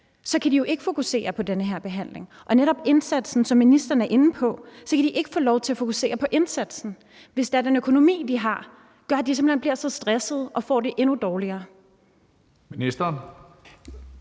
kan de jo ikke fokusere på den her behandling, og netop indsatsen, som ministeren er inde på, kan de ikke få lov til at fokusere på, hvis den økonomi, de har, gør, at de simpelt hen bliver så stressede og får det endnu dårligere. Kl.